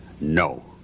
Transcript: no